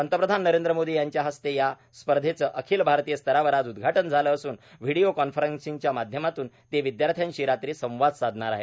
पंतप्रधान नरेंद्र मोदी यांच्या हस्ते या स्पर्धेचे अखिल भारतीय स्तरावर आज उद्घाटन झालं असून व्हिडीओ कॉन्फरसिंगच्या माध्यमातून ते विद्यार्थ्याशी रात्री संवाद साधणार आहेत